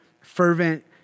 fervent